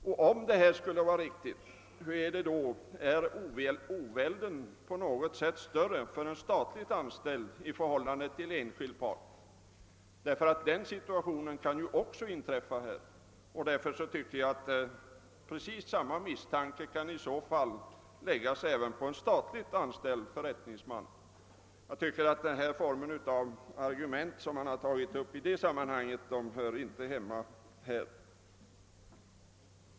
Hur är det för Övrigt, om påståendet är riktigt: Är ovälden hos en statligt anställd större i förhållande till enskild part? Den situationen kan nämligen också inträffa. Och precis samma misstanke kan man hysa när det gäller en statligt anställd förrättningsman. Jag tycker att den typen av argument som tagits upp i det sammanhanget inte hör hemma i denna debatt.